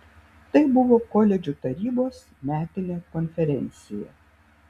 tai buvo koledžų tarybos metinė konferencija